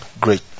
Great